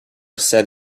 said